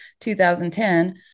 2010